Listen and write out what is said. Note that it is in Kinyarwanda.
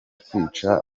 kwica